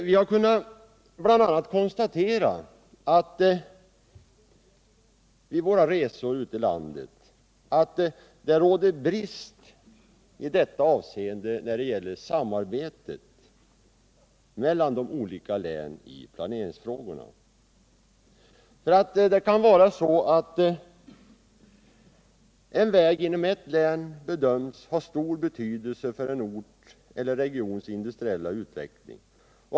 Vi har vid våra resor ute i landet kunnat konstatera att det brister i samarbetet mellan de olika länen i planeringsfrågorna. En väg inom ett län kanske bedöms ha stor betydelse för en orts eller en regions industriella utveckling.